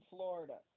Florida